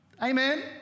Amen